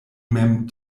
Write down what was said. mem